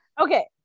okay